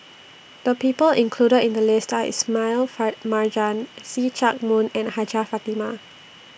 The People included in The list Are Ismail Marjan See Chak Mun and Hajjah Fatimah